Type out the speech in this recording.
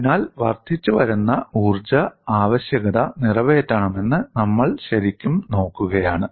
അതിനാൽ വർദ്ധിച്ചുവരുന്ന ഊർജ്ജ ആവശ്യകത നിറവേറ്റണമെന്ന് നമ്മൾ ശരിക്കും നോക്കുകയാണ്